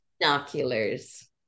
binoculars